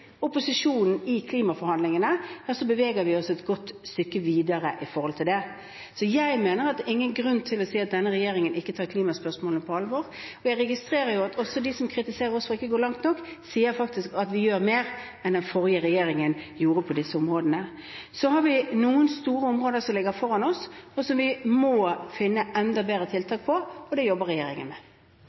opposisjonen i klimaforhandlingene, så beveger vi oss et godt stykke videre. Jeg mener at det ikke er noen grunn til å si at denne regjeringen ikke tar klimaspørsmålene på alvor, og jeg registrerer jo at også de som kritiserer oss for ikke å gå langt nok, faktisk sier at vi gjør mer enn den forrige regjeringen gjorde på disse områdene. Så har vi noen store områder som ligger foran oss, som vi må finne enda bedre tiltak for, og det jobber regjeringen med.